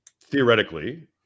Theoretically